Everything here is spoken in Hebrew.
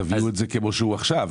תביאו אותה כפי שהיא עכשיו.